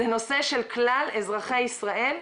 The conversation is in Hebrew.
זה נושא של כלל אזרחי ישראל,